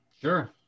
Sure